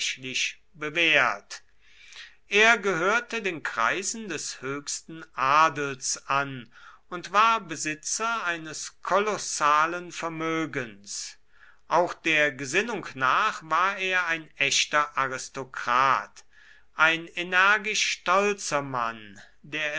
bewährt er gehörte den kreisen des höchsten adels an und war besitzer eines kolossalen vermögens auch der gesinnung nach war er ein echter aristokrat ein energisch stolzer mann der